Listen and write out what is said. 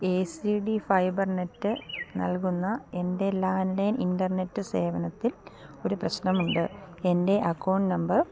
A C T Fibernet നൽകുന്ന എൻ്റെ landline internet സേവനത്തിൽ ഒരു പ്രശ്നമുണ്ട് എൻ്റെ അക്കൌണ്ട് നമ്പർ